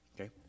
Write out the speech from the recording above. okay